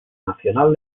nacional